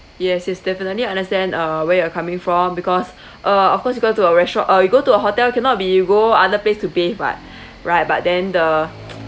yes yes definitely understand uh where you're coming from because uh of course you go to a restaurant uh you go to a hotel cannot be you go other place to be bathe what right but then the